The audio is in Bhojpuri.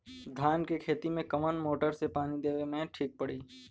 धान के खेती मे कवन मोटर से पानी देवे मे ठीक पड़ी?